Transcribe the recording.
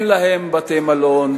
אין להן בתי-מלון,